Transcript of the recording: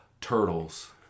Turtles